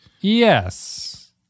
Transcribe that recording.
Yes